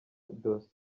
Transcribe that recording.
dosiye